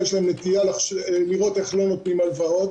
יש להם נטייה לראות איך לא נותנים הלוואות.